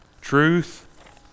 Truth